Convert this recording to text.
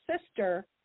sister